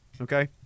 Okay